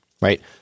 right